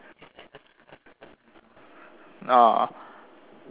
ah